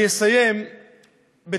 אני אסיים בתקווה